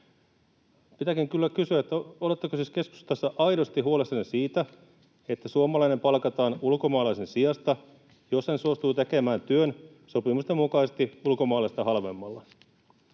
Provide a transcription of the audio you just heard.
Pitääkin kyllä kysyä, oletteko siis keskustassa aidosti huolissanne siitä, että suomalainen palkataan ulkomaalaisen sijasta, jos hän suostuu tekemään työn sopimusten mukaisesti ulkomaalaista halvemmalla.